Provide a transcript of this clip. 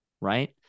right